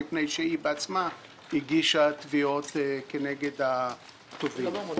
מפני שהיא בעצמה הגישה תביעות כנגד התובעים.